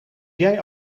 jij